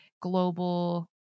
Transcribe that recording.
global